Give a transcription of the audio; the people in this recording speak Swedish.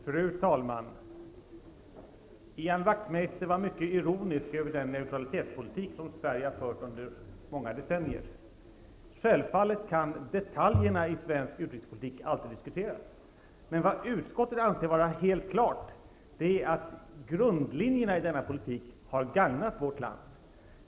Fru talman! Ian Wachtmeister var mycket ironisk över den neutralitetspolitik som Sverige har fört under många decennier. Självfallet kan detaljerna i svensk utrikespolitik alltid diskuteras. Men vad utskottet anser vara helt klart är att grundlinjerna i denna politik har gagnat vårt land.